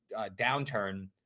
downturn